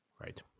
Right